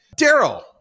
Daryl